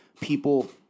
people